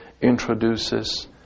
introduces